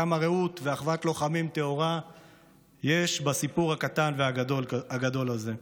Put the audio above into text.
כמה רעות ואחוות לוחמים טהורה יש בסיפור הקטן והגדול זה?